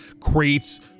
crates